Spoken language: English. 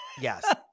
Yes